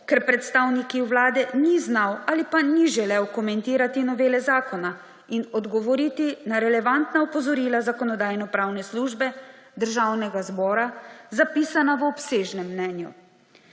ker predstavnik Vlade ni znal ali pa ni želel komentirati novele zakona in odgovoriti na relevantna opozorila Zakonodajno-pravne službe Državnega zbora, zapisana v obsežnem mnenju.